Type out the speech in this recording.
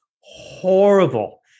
horrible